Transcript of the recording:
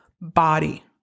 body